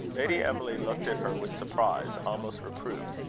lady emily looked at her with surprise almost reproof.